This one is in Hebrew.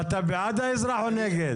אתה בעד האזרח או נגד?